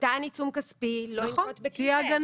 ניתן עיצום כספי לא לנקוט בכלי אחר.